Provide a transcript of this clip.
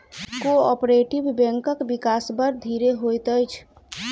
cooperative बैंकक विकास बड़ धीरे होइत अछि